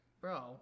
Bro